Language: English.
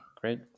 Great